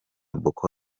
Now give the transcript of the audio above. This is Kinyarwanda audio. boko